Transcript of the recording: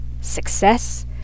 success